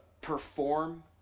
perform